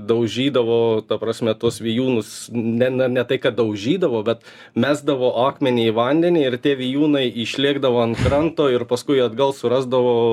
daužydavo ta prasme tuos vijūnus ne ne ne tai kad daužydavo bet mesdavo akmenį į vandenį ir tie vijūnai išlėkdavo ant kranto ir paskui atgal surasdavo